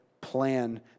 plan